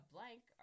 Blank